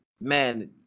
man